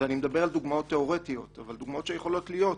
ואני מדבר על דוגמאות תיאורטיות אבל כאלה שיכולות להיות: